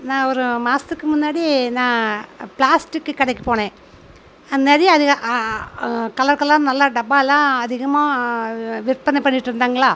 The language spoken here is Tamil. நான் ஒரு மாதத்துக்கு முன்னாடி நான் பிளாஸ்டிக்கு கடைக்கு போனேன் அங்கே நிறைய அதுக கலர் கலராக நல்லா டப்பாயெலாம் அதிகமாக விற்பனை பண்ணிகிட்ருந்தாங்களா